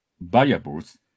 variables